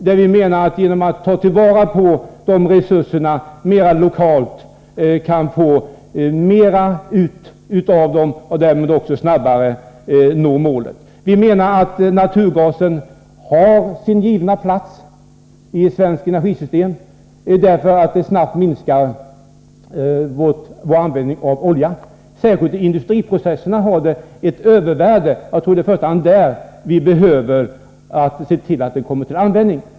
Genom att i större utsträckning ta till vara resurserna lokalt kan man få ut mera av dem, och därmed kan man snabbare nå målet. Vi menar att naturgasen har sin givna plats i det svenska energisystemet därför att den snabbt minskar vår användning av olja. Särskilt i industriprocesserna har naturgasen ett mycket stort värde — jag tror att det i första hand är där som vi behöver se till att den kommer till användning.